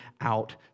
out